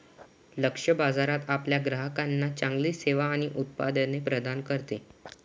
लक्ष्य बाजार आपल्या ग्राहकांना चांगली सेवा आणि उत्पादने प्रदान करते